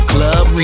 Club